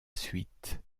suite